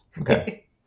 Okay